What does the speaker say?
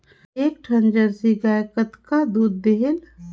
एक ठन जरसी गाय कतका दूध देहेल?